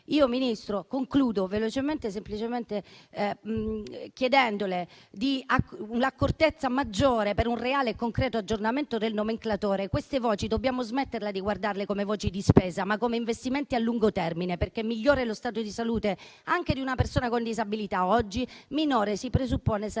Ministro, concludo velocemente e semplicemente chiedendole un'accortezza maggiore per un reale e concreto aggiornamento del nomenclatore. Dobbiamo smettere di guardare queste come voci di spesa: dobbiamo guardarle come investimenti a lungo termine, perché migliore è lo stato di salute anche di una persona con disabilità oggi, minore si presuppone sarà